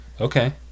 Okay